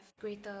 greater